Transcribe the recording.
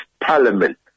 parliament